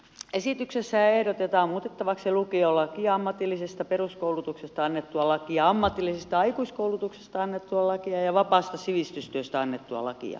esityksessä ehdotetaan muutettavaksi lukiolakia ammatillisesta peruskoulutuksesta annettua lakia ammatillisesta aikuiskoulutuksesta annettua lakia ja vapaasta sivistystyöstä annettua lakia